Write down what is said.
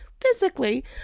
physically